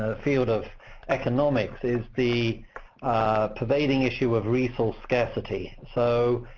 ah field of economics is the pervading issue of resource scarcity. so